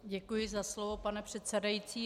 Děkuji za slovo, pane předsedající.